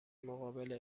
مقابل